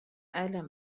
ألم